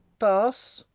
pass.